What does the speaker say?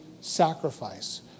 sacrifice